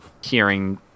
hearing